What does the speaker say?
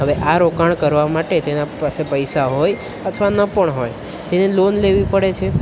હવે આ રોકાણ કરવા માટે તેની પાસે પૈસા હોય અથવા ન પણ હોય તેણે લોન લેવી પડે છે